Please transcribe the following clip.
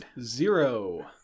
Zero